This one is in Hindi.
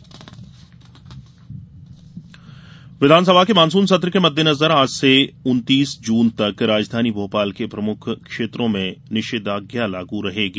निषेधाज्ञा विधानसभा के मानसून सत्र के मद्देनजर आज से उन्तीस जून तक राजधानी भोपाल के प्रमुख क्षेत्रों में निषेधाज्ञा लागू रहेगी